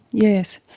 yes,